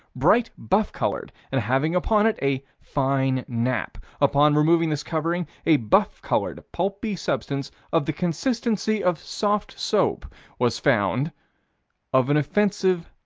bright buff-colored, and having upon it a fine nap. upon removing this covering, a buff-colored, pulpy substance of the consistency of soft-soap, was found of an offensive,